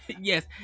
Yes